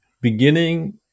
Beginning